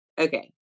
okay